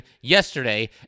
yesterday